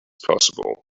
possible